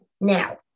Now